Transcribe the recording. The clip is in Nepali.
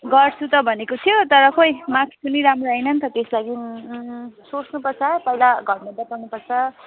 गर्छु त भनेको थियो तर खै मार्कस् पनि राम्रो आएन नि त त्यस लागि सोच्नुपर्छ पहिला घरमा बताउनुपर्छ